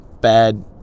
Bad